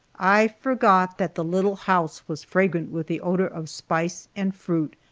i forgot that the little house was fragrant with the odor of spice and fruit,